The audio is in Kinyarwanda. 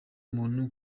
umuntu